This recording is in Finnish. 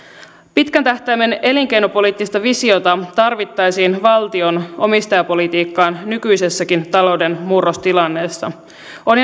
pitkän tähtäimen elinkeinopoliittista visiota tarvittaisiin valtion omistajapolitiikkaan nykyisessäkin talouden murrostilanteessa on